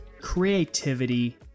creativity